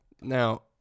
now